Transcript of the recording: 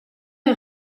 est